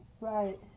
Right